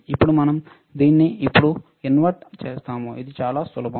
ఇప్పుడు మనం దీన్ని ఇప్పుడు ఇన్సర్ట్ చేస్తాము ఇది చాలా సులభం